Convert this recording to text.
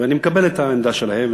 ואני מקבל את העמדה שלהם.